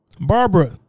Barbara